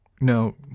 No